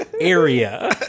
area